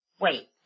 Wait